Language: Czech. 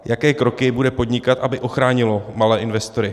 Jaké kroky bude podnikat, aby ochránilo malé investory?